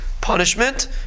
punishment